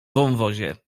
wąwozie